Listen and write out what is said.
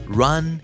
run